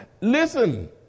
Listen